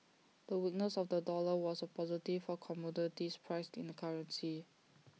the weakness of the dollar was A positive for commodities priced in the currency